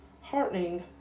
heartening